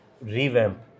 revamp